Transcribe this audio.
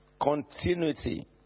continuity